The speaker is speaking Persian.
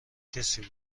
کسی